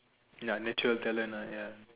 ya naturally talent ya